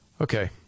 Okay